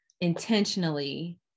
intentionally